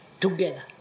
together